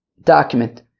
document